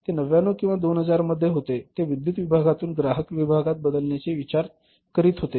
ते 99 किंवा 2000 मध्ये होते ते विद्युत विभागातून ग्राहक विभागात बदलण्याचे विचार करीत होते